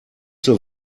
zur